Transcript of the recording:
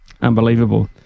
Unbelievable